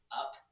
up